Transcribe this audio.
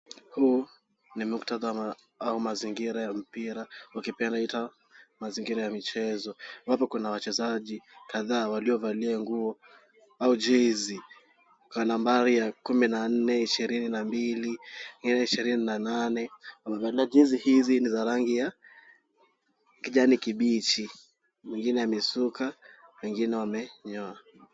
Huu ni muktadha au mazingira ya mpira ukipenda mazingira ya michezo. Hapa kuna wachezaji waliovalia nguo au jezi na nambari kumi na nne, ishirini na mbili wengine ishirini na nane. Wamevalia jezi hizi niza rangi kijani kibichi. Mwingine amesuka wengine wamenyoa.